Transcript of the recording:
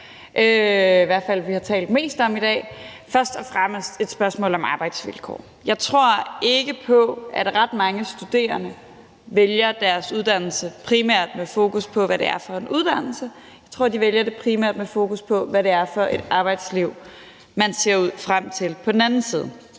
i hvert fald har talt mest om i dag, først og fremmest et spørgsmål om arbejdsvilkår. Jeg tror ikke på, at ret mange studerende vælger deres uddannelse primært med fokus på, hvad det er for en uddannelse. Jeg tror, man primært vælger det med et fokus på, hvad det er for et arbejdsliv, man ser frem til på den anden side,